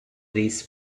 this